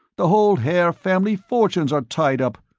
the whole haer family fortunes are tied up.